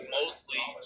mostly